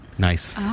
Nice